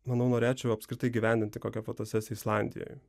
manau norėčiau apskritai įgyvendinti kokią fotosesiją islandijoj